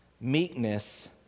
meekness